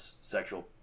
sexual